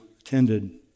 attended